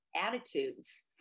attitudes